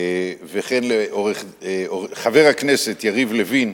וכן לחבר הכנסת יריב לוין,